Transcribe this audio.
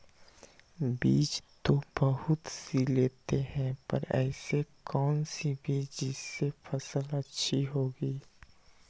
बीज तो बहुत सी लेते हैं पर ऐसी कौन सी बिज जिससे फसल अच्छी होगी?